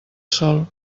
sol